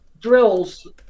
drills